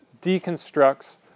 deconstructs